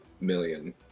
million